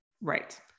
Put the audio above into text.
Right